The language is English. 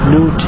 New